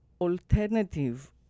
alternative